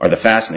or the fastening